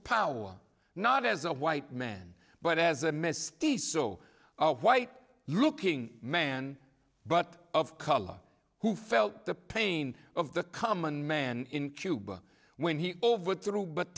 power not as a white man but as a misty so white looking man but of color who felt the pain of the common man in cuba when he overthrew but